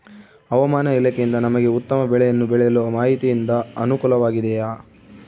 ಹವಮಾನ ಇಲಾಖೆಯಿಂದ ನಮಗೆ ಉತ್ತಮ ಬೆಳೆಯನ್ನು ಬೆಳೆಯಲು ಮಾಹಿತಿಯಿಂದ ಅನುಕೂಲವಾಗಿದೆಯೆ?